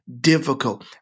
difficult